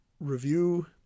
review